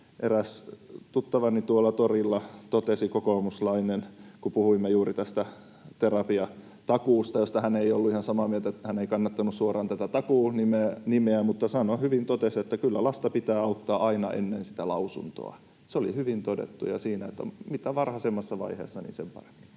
Eräs tuttavani tuolla torilla totesi, kokoomuslainen, kun puhuimme juuri tästä terapiatakuusta, josta hän ei ollut ihan samaa mieltä — hän ei kannattanut suoraan tätä takuu-nimeä, mutta hyvin totesi — että kyllä lasta pitää auttaa aina ennen sitä lausuntoa. Se oli hyvin todettu, ja mitä varhaisemmassa vaiheessa, niin sen parempi.